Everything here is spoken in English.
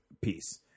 piece